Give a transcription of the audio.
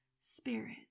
spirit